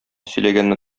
сөйләгәнне